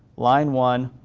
line one,